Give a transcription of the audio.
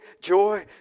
joy